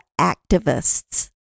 activists